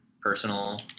personal